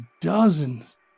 dozens